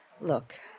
Look